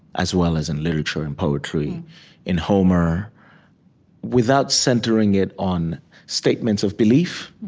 as well as in literature and poetry in homer without centering it on statements of belief,